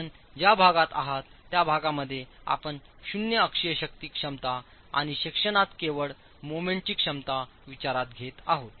आपण ज्या भागात आहात त्या भागामध्ये आपण शून्य अक्षीय शक्ती क्षमता आणि सेक्शनात केवळ मोमेंटची क्षमता विचारात घेत आहात